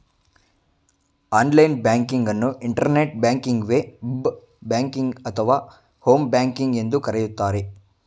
online banking ಅನ್ನು internet ಬ್ಯಾಂಕಿಂಗ್ವೆ, ಬ್ ಬ್ಯಾಂಕಿಂಗ್ ಅಥವಾ ಹೋಮ್ ಬ್ಯಾಂಕಿಂಗ್ ಎಂದು ಕರೆಯುತ್ತಾರೆ